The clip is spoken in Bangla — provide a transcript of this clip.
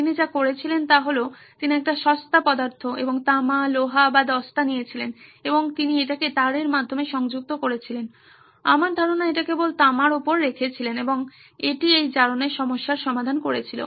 তিনি যা করেছিলেন তা হল তিনি একটি সস্তা পদার্থ এবং তামা লোহা বা দস্তা নিয়েছিলেন এবং তিনি এটিকে তারের মাধ্যমে সংযুক্ত করেছিলেন আমার ধারণা এটি কেবল তামার উপরে রেখেছিলেন এবং এটি এই জারণের সমস্যার সমাধান করেছিল